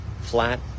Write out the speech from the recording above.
flat